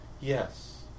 Yes